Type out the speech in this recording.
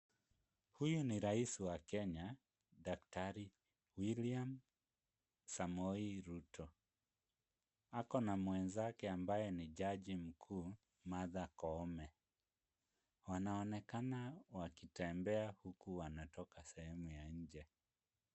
Huyu ni rais wa Kenya, Daktari William Samoei Ruto ako na mwenzake ambaye ni jaji mkuu Martha Koome. Wanaonekana wakitembea huku wanatoka sehemu ya nje.